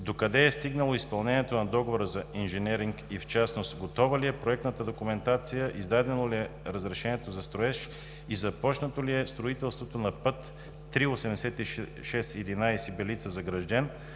докъде е стигнало изпълнението на договора за инженеринг и в частност готова ли е проектната документация, издадено ли е разрешението за строеж и започнато ли е строителството на път III-8611 Белица